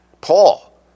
Paul